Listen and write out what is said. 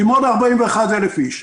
דימונה זה 41,000 איש.